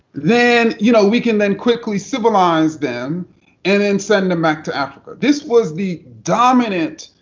then, you know, we can then quickly civilize them and and send them back to africa. this was the dominant